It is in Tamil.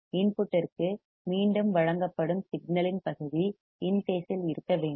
இன்புட்டிற்கு மீண்டும் வழங்கப்படும் சிக்னலின் பகுதி இன் பேசில் இருக்க வேண்டும்